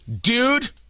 Dude